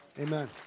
Amen